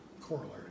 corollary